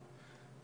תוכנית.